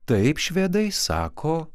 taip švedai sako